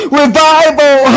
revival